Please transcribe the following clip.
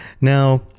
Now